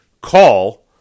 call